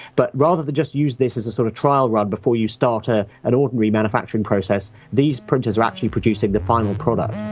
but rather than just use this as a sort of trial run before you start ah an ordinary manufacturing process, these printers are actually producing the final product.